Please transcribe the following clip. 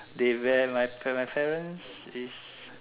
they very like my parents is